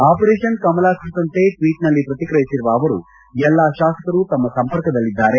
operation Kamala ಕುರಿತಂತೆ ಟ್ವೀಟ್ನಲ್ಲಿ ಪ್ರತಿಕಿಯಿಸಿರುವ ಅವರು ಎಲ್ಲಾ ಶಾಸಕರು ತಮ್ಮ ಸಂಪರ್ಕದಲ್ಲಿದ್ದಾರೆ